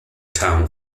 town